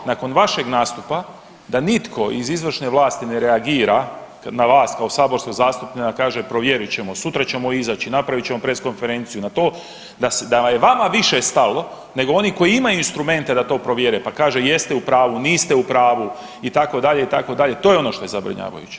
Nakon vašeg nastupa da nitko iz izvršne vlasti ne reagira kad na vas kao saborskog zastupnika kaže provjerit ćemo, sutra ćemo izaći, napravit ćemo press konferenciju na to, da je vama više stalo nego oni koji imaju instrumente da to provjere, pa kaže jeste u pravu, niste u pravu itd., itd., to je ono što je zabrinjavajuće.